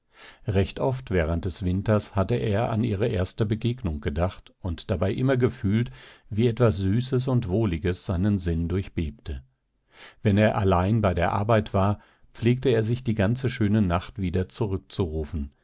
recht oft während des winters hatte er an ihre erste begegnung gedacht und dabei immer gefühlt wie etwas süßes und wohliges seinen sinn durchbebte wenn er allein bei der arbeit war pflegte er sich die ganze schöne nacht wieder zurückzurufen